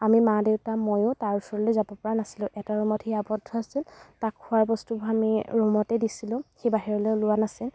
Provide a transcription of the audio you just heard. আমি মা দেউতা ময়ো তাৰ ওচৰলৈ যাব পৰা নাছিলো এটা ৰুমত সি আৱদ্ধ আছিল তাক খোৱা বস্তু আমি ৰুমতে দিছিলো সি বাহিৰলৈ ওলোৱা নাছিল